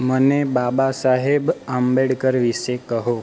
મને બાબાસાહેબ આંબેડકર વિશે કહો